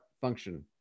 function